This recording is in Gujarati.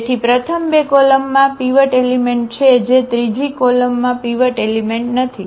તેથી પ્રથમ બે કોલમમાં પીવટ એલિમેન્ટ છે જે ત્રીજી કોલમમાં પીવટ એલિમેન્ટ નથી